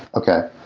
okay.